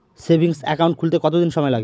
Savings account খুলতে কতদিন সময় লাগে?